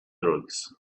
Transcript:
drugs